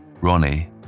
Ronnie